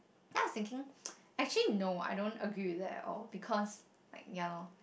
then I was thinking actually no I don't agree with that at all because like ya lor